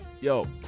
Yo